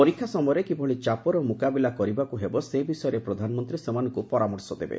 ପରୀକ୍ଷା ସମୟରେ କିଭଳି ଚାପର ମ୍ରକାବିଲା କରିବାକୁ ହେବ ସେ ବିଷୟରେ ପ୍ରଧାନମନ୍ତ୍ରୀ ସେମାନଙ୍କ ପରାମର୍ଶ ଦେବେ